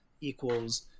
equals